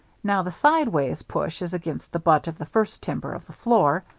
now, the sideways push is against the butt of the first timber of the floor,